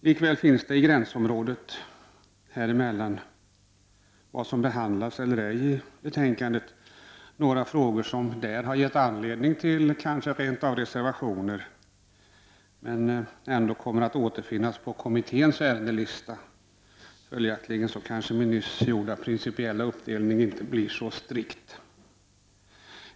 Likväl finns det i gränsområdet mellan vad som behandlas och ej behandlas i betänkandet några frågor som har gett anledning till reservationer men som ändå kommer att återfinnas på kommitténs ärendelista. Följaktligen kanske min nyss gjorda principiella uppdelning inte blir så strikt.